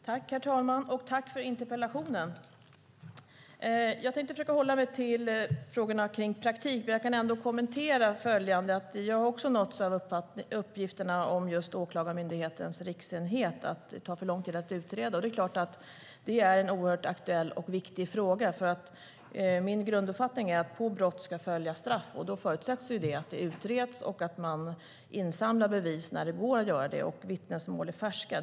Herr talman! Jag tackar Mehmet Kaplan för interpellationen. Jag tänkte försöka hålla mig till frågorna om praktik, men jag kan ändå säga att också jag har nåtts av uppgifterna om Åklagarmyndighetens riksenhet och att det tar för lång tid att utreda. Det är klart att det är en oerhört aktuell och viktig fråga. På brott ska följa straff; det är min grunduppfattning. Då förutsätts att det utreds och att man insamlar bevis när det går att göra det och vittnesmål är färska.